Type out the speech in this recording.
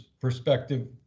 perspective